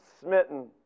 Smitten